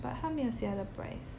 but 它没有写它的 price